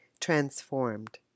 transformed